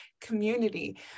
community